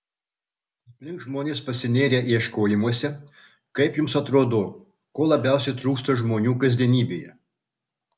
aplink žmonės pasinėrę ieškojimuose kaip jums atrodo ko labiausiai trūksta žmonių kasdienybėje